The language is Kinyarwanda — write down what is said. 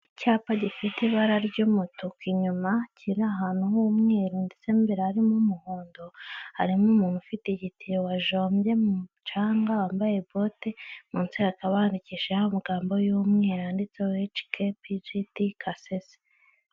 Icyapa gifite ibara ry'umutuku inyuma kiri ahantu h'umweru ndetse mo imbere harimo umuhondo, harimo umuntu ufite igitiyo wajombye mu mucanga wambaye bote munsi bandikishijeho amagambo y'umweru yanditsiiho HK-PJT-KASESE.